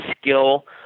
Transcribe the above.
skill